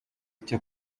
cyo